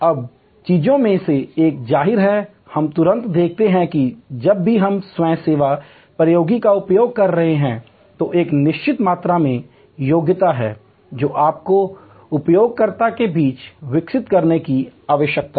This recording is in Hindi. अब चीजों में से एक जाहिर है हम तुरंत देखते हैं कि जब भी हम स्वयं सेवा प्रौद्योगिकी का उपयोग कर रहे हैं तो एक निश्चित मात्रा में योग्यता है जो आपको उपयोगकर्ताओं के बीच विकसित करने की आवश्यकता है